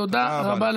תודה רבה.